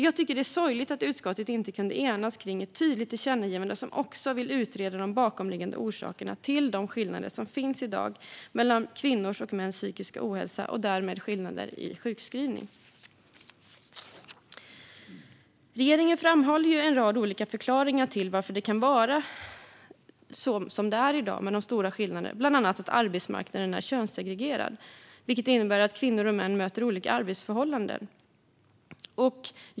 Jag tycker att det är sorgligt att utskottet inte kunde enas kring ett tydligt tillkännagivande om att även utreda de bakomliggande orsakerna till de skillnader som i dag finns mellan kvinnors och mäns psykiska ohälsa och därmed skillnader i sjukskrivning. Regeringen framhåller en rad olika förklaringar till att det kan vara som det är i dag, med dessa stora skillnader. Bland annat framhåller man att arbetsmarknaden är könssegregerad, vilket innebär kvinnor och män möter olika arbetsförhållanden.